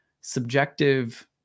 subjective